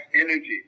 energy